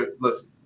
listen